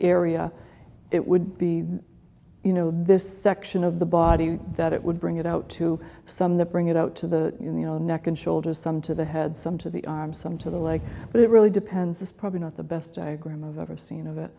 area it would be you know this section of the body that it would bring it out to some of the bring it out to the you know neck and shoulders some to the head some to the arm some to the leg but it really depends it's probably not the best diagram i've ever seen of it